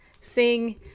Sing